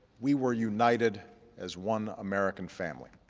we were united as one american family.